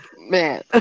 Man